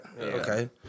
Okay